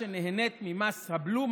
שנהנית ממס הבלו,